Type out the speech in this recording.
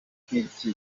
nk’iki